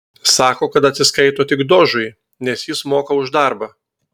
sako kad atsiskaito tik dožui nes jis moka už darbą